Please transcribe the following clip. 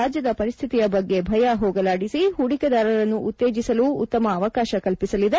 ರಾಜ್ಯದ ಪರಸ್ತಿತಿಯ ಬಗ್ಗೆ ಭಯ ಹೋಗಲಾಡಿಸಿ ಹೂಡಿಕೆದಾರರನ್ನು ಉತ್ತೇಜಿಸಲು ಉತ್ತಮ ಅವಕಾಶ ಕಲ್ಪಿಸಲಿದೆ